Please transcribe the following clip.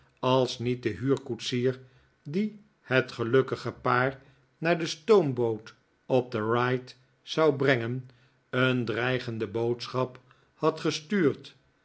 als niet de huurkoetsier die net gelukkige paar naar de stoomboot op ryde zou brengen een dreigende boodschap had gestuurd